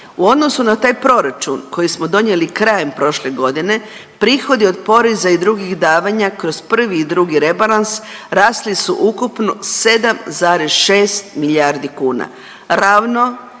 U odnosu na taj proračun koji smo donijeli krajem prošle godine, prihodi od poreza i drugih davanja kroz 1. i 2. rebalans, rasli su ukupno 7,6 milijardi kuna. Ravno